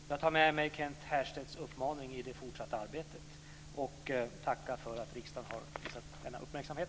Fru talman! Jag tar med mig Kent Härstedts uppmaning i det fortsatta arbetet och tackar för att riksdagen har visat denna uppmärksamhet.